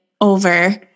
over